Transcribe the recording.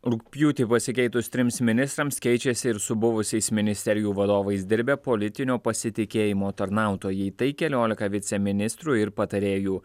rugpjūtį pasikeitus trims ministrams keičiasi ir su buvusiais ministerijų vadovais dirbę politinio pasitikėjimo tarnautojai tai keliolika viceministrų ir patarėjų